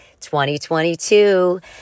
2022